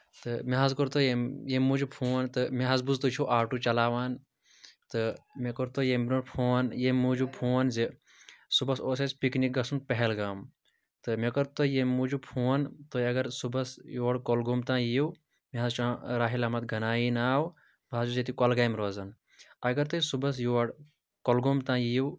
تہٕ مےٚ حظ کوٚر تۄہہِ اَمہِ ییٚمہِ موٗجوٗب فون تہٕ مےٚ حظ بوٗز تُہۍ چھُو آٹوٗ چَلاوان تہٕ مےٚ کوٚر تۄہہِ ییٚمہِ برٛونٛٹھ فون ییٚمہِ موٗجوٗب فون زِ صُبَحس اوس اَسہِ پِکنِک گژھُن پہلگام تہٕ مےٚ کٔر تۄہہِ ییٚمہِ موٗجوٗب فون تُہۍ اگر صُبَحس یور کۄلگوم تانۍ یِیِو مےٚ حظ چھُ راہل احمد گَنایی ناو بہٕ حظ چھُس ییٚتہِ کۄلگامہِ روزان اگر تُہۍ صُبَحس یور کۄلگوم تانۍ یِیِو